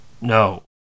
no